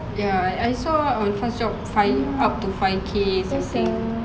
ya I saw on FastJobs five up to five K salary